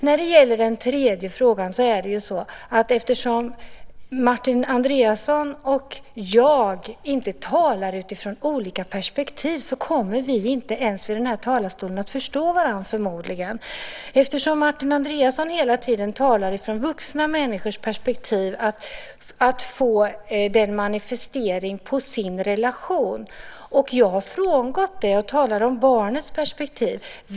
När det gäller den tredje frågan talar Martin Andreasson och jag utifrån olika perspektiv. Vi kommer förmodligen inte att förstå varandra i den här talarstolen. Martin Andreasson talar hela tiden från vuxna människors perspektiv om att få en manifestering av sin relation. Jag har frångått det och talar från barnets perspektiv.